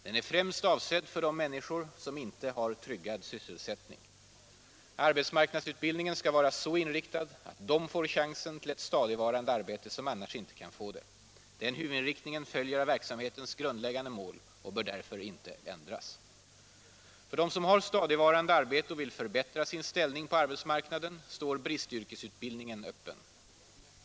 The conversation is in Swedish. Den är främst avsedd för de människor som inte har tryggad sysselsättning. Arbetsmarknadsutbildningen skall vara så inriktad att de får chansen till ett stadigvarande arbete som annars inte kan få det. Den huvudinriktningen följer av verksamhetens grundläggande mål och bör därför inte ändras. För dem som har stadigvarande arbete och vill förbättra sin ställning på arbetsmarknaden står bristyrkesutbildningen öppen.